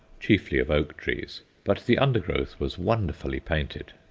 chiefly of oak-trees but the undergrowth was wonderfully painted.